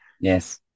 Yes